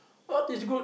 earth is good